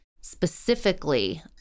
specifically